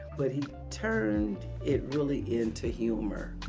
but he turned it, really, into humor.